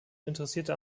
interessierte